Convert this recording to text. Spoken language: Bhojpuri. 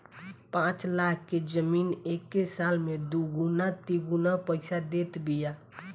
पाँच लाख के जमीन एके साल में दुगुना तिगुना पईसा देत बिया